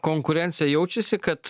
konkurencija jaučiasi kad